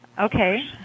Okay